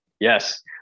yes